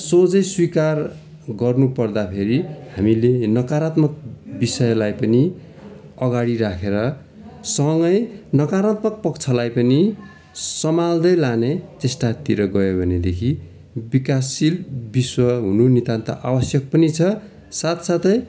सोझै स्वीकार गर्नुपर्दाखेरि हामीले नकारात्मक विषयलाई पनि अगाडि राखेर सँगै नकारात्मक पक्षलाई पनि सम्हाल्दै लाने चेष्टातिर गयो भनेदेखि विकासशील विश्व हुनु नितान्त आवश्यक छ पनि छ साथसाथै